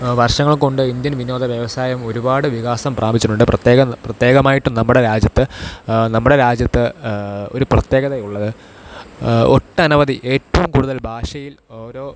വർഷങ്ങൾ കൊണ്ട് ഇന്ത്യൻ വിനോദ വ്യവസായം ഒരുപാട് വികാസം പ്രാപിച്ചിട്ടുണ്ട് പ്രത്യേകം പ്രത്യേകമായിട്ടും നമ്മുടെ രാജ്യത്ത് നമ്മുടെ രാജ്യത്ത് ഒരു പ്രത്യേകതയുള്ളത് ഒട്ടനവധി ഏറ്റവും കൂടുതൽ ഭാഷയിൽ ഓരോ